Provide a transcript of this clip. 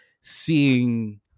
seeing